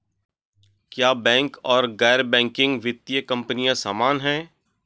क्या बैंक और गैर बैंकिंग वित्तीय कंपनियां समान हैं?